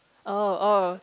oh oh